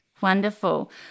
Wonderful